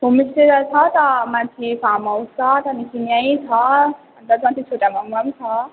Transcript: homestay त छ त माथि फार्म हाउस छ त्यहाँदेखि यहीँ छ अन्त माथि छोटा मङमायामा पनि छ